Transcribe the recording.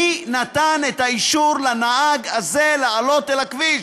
מי נתן את האישור לנהג הזה לעלות על הכביש?